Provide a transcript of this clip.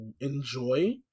enjoy